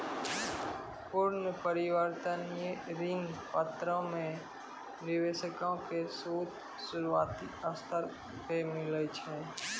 पूर्ण परिवर्तनीय ऋण पत्रो मे निवेशको के सूद शुरुआती स्तर पे मिलै छै